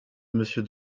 monsieur